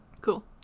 cool